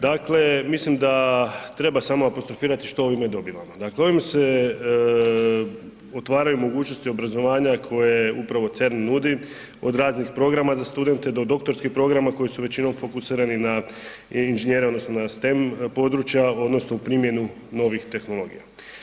Dakle, mislim da treba samo apostrofirati što ovime dobivamo, dakle, ovim se otvaraju mogućnosti obrazovanja koje upravo CERN nudi od raznih programa za studente do doktorskih programa koji su većinom fokusirani na inženjere odnosno na stem područja odnosno u primjenu novih tehnologija.